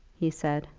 he said.